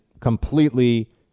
completely